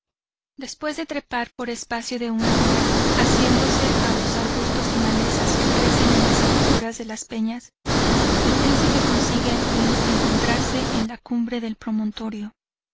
después de trepar por espacio de una hora asiéndose a los arbustos y malezas que crecen en las aberturas de las peñas el príncipe consigue al fin encontrarse n la cumbre del promontorio